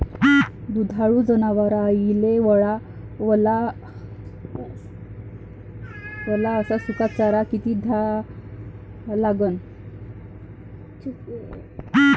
दुधाळू जनावराइले वला अस सुका चारा किती द्या लागन?